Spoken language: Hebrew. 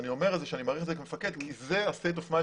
אני אומר שאני כמפקד מעריך את זה כי זה ה-סטייט אוף מיינד